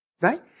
Right